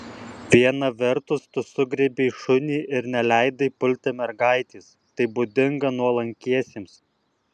viena vertus tu sugriebei šunį ir neleidai pulti mergaitės tai būdinga nuolankiesiems